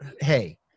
hey